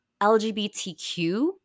LGBTQ